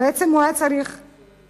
הקנס בעצם היה צריך להיפסק.